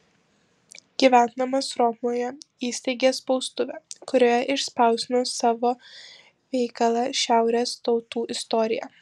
gyvendamas romoje įsteigė spaustuvę kurioje išspausdino savo veikalą šiaurės tautų istorija